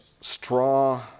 Straw